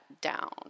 down